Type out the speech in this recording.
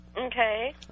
Okay